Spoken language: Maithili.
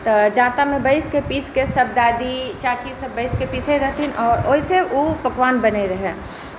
तऽ जाताँमे बैसिकऽ पीसकऽ सभ दादी चाचीसभ बैसिकऽ पीसै रहथिन आर ओहिसॅं ओ पकवान बनै रहै